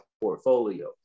portfolio